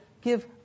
give